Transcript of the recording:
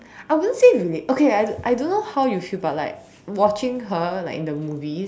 I wouldn't say unique okay I I don't know how you feel but like watching her like in the movies